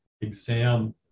exam